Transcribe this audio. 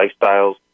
lifestyles